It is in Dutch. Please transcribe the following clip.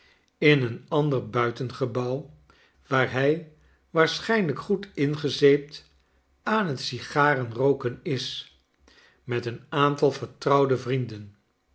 in een ander buitengebouw waar hij waarschijnlijj goed ingezeept aan het sigaren rooken is met een aantal vertrouwde vrienden